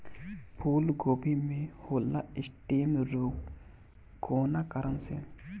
फूलगोभी में होला स्टेम रोग कौना कारण से?